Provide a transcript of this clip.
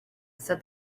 said